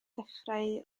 dechrau